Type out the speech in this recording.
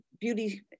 beauty